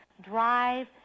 drive